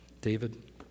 David